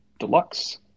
Deluxe